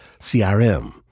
CRM